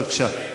בבקשה.